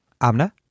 Amna